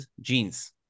jeans